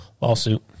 Lawsuit